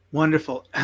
Wonderful